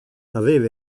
aveva